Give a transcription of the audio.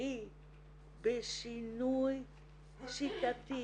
היא בשינוי שיטתי,